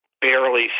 barely